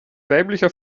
weiblicher